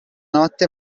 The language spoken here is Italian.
notte